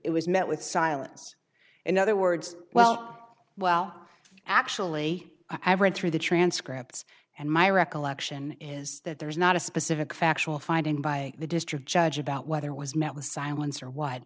it was met with silence in other words well well actually i've read through the transcripts and my recollection is that there is not a specific factual finding by the district judge about whether was